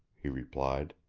he replied.